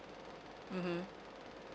mmhmm